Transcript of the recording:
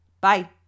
Bye